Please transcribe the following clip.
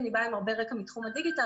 אני באה עם הרבה רקע מתחום הדיגיטל,